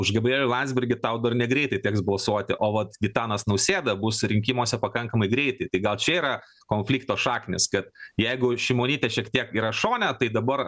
už gabrielių landsbergį tau dar negreitai teks balsuoti o vat gitanas nausėda bus rinkimuose pakankamai greitai tai gal čia yra konflikto šaknys kad jeigu šimonytė šiek tiek yra šone tai dabar